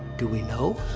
do we know?